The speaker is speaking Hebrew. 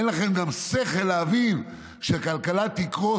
אין לכם גם שכל להבין שהכלכלה תקרוס,